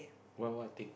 what what thing